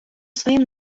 своїм